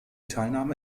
teilnahme